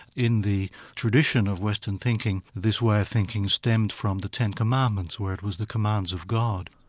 in the tradition of western thinking, this way of thinking stemmed from the ten commandments, where it was the commands of god,